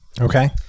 okay